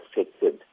affected